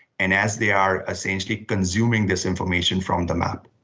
and as they are essentially consuming this information from the map.